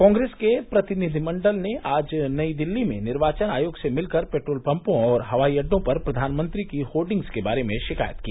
कांग्रेस के प्रतिनिधिमंडल ने आज नई दिल्ली में निर्वाचन आयोग से मिलकर पेट्रोल पम्पों और हवाई अड्डों पर प्रधानमंत्री की होर्डिग्स के बारे में शिकायत की